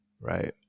Right